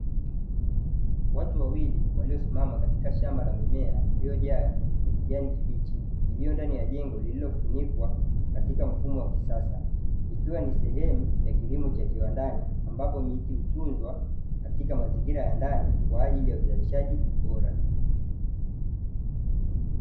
Watu wawili walio simama katika shamba la mimea iliyo jaa kijani kibichi iliyo ndani ya jengo lililo funikwa katika mfumo wa kisasa, ikiwa ni sehemu ya kilimo cha kiwandani ambapo miti hutunzwa katika mazingira ya ndani kwa ajiri ya uzarishaji bora.